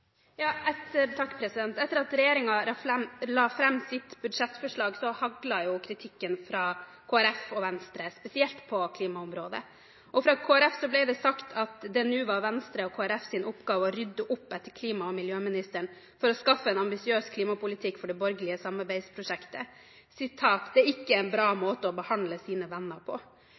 Etter at regjeringen la fram sitt budsjettforslag, haglet kritikken fra Kristelig Folkeparti og Venstre, spesielt på klimaområdet. Fra Kristelig Folkeparti ble det sagt at det nå var Venstres og Kristelig Folkepartis oppgave å rydde opp etter klima- og miljøministeren for å skaffe en ambisiøs klimapolitikk for det borgerlige samarbeidsprosjektet – sitat: «Det er ikke en bra måte å behandle sine venner på.»